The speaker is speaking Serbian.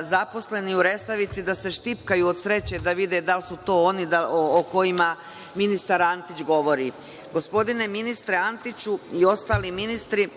zaposleni u „Resavici“ da se štipkaju od sreće da vide da li su to oni o kojima ministar Antić govori. Gospodine ministre Antiću i ostali ministri,